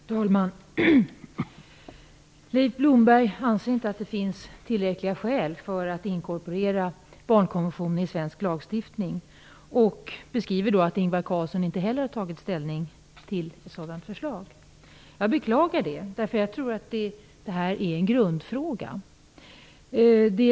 Herr talman! Leif Blomberg anser inte att det finns tillräckliga skäl för att inkorporera barnkonventionen i svensk lagstiftning. Han säger att Ingvar Carlsson inte heller har tagit ställning till ett sådant förslag. Jag beklagar detta. Jag tror att detta är en grundfråga.